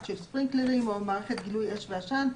(ספרינקלרים) או מערכת גילוי אש ועשן,